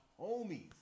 homies